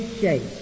shape